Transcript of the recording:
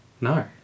No